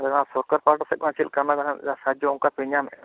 ᱛᱟᱦᱚᱞᱮ ᱥᱚᱨᱠᱟᱨ ᱯᱟᱦᱟᱴᱟ ᱠᱷᱚᱱᱟᱜ ᱪᱮᱫ ᱞᱮᱠᱟ ᱚᱱᱟ ᱡᱟᱦᱟᱸ ᱥᱟᱦᱟᱡᱚ ᱚᱱᱠᱟ ᱯᱮ ᱧᱟᱢᱮᱜᱼᱟ